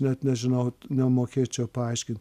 net nežinau nemokėčiau paaiškint